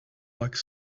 like